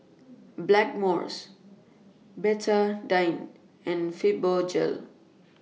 Blackmores Betadine and Fibogel